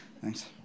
Thanks